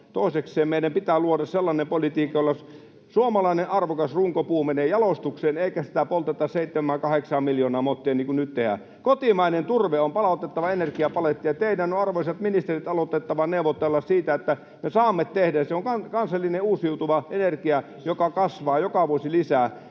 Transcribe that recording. Toisekseen meidän pitää luoda sellainen politiikka, jolla suomalainen arvokas runkopuu menee jalostukseen eikä sitä polteta 7:ää—8:aa miljoonaa mottia, niin kuin nyt tehdään. Kotimainen turve on palautettava energiapalettiin, ja teidän on, arvoisat ministerit, aloitettava neuvottelu siitä, että me saamme sen tehdä. Se on kansallinen uusiutuva energia, joka kasvaa joka vuosi lisää.